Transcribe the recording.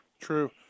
True